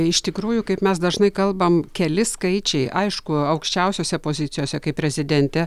iš tikrųjų kaip mes dažnai kalbam keli skaičiai aišku aukščiausiose pozicijose kai prezidentė